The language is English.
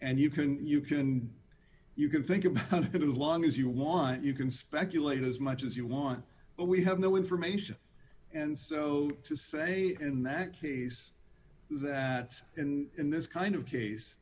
and you can you can you can think about it as long as you want you can speculate as much as you want but we have no information and so to say in that case that in this kind of case